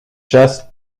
chaste